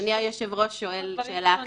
שאדוני היושב-ראש שואל שאלה אחרת.